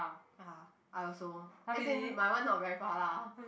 ya I also as in my one not very far lah